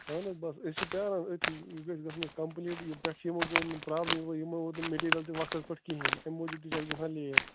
اَہَن حظ بَس أسۍ چھِ پرٛاران أتھی یہِ گژھِ گژھُن اَسہِ کَمپُلیٖٹ یہِ پٮ۪ٹھٕ چھِ یِمو یِمو أنۍمٕژ پرٛابلِم وۅنۍ یِمن ووت نہٕ میٹیٖریَل تہِ وَقتَس پٮ۪ٹھ کِہیٖنٛۍ اَمۍ موٗجوٗب تہِ چھِ اَسہِ گژھان لیٹ